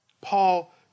Paul